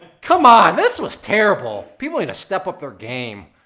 come on, this was terrible. people need to step up their game.